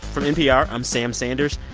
from npr, i'm sam sanders.